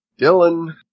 Dylan